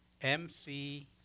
MC